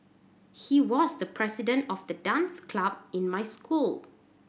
he was the president of the dance club in my school